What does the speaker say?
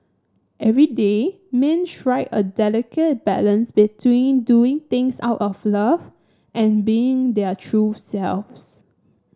everyday men strike a delicate balance between doing things out of love and being their true selves